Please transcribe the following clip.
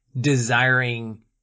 desiring